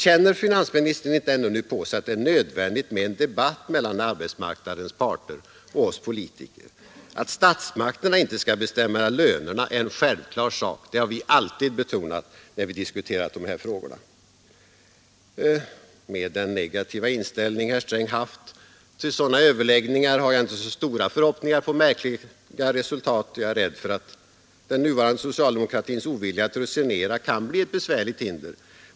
Känner finansministern inte ändå nu på sig att det är nödvändigt med en debatt mellan arbetsmarknadens parter och oss politiker? Att statsmakterna inte skall bestämma lönerna är en självklar sak, det har vi alltid betonat när vi diskuterat de här frågorna. Med den negativa inställning herr Sträng haft till sådana överläggningar har jag inte så stora förhoppningar på märkliga resultat. Jag är rädd för att den nuvarande socialdemokratins ovilja att resonera kan bli ett besvärligt hinder.